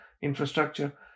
infrastructure